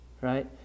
Right